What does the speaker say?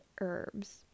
herbs